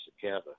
together